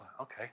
Okay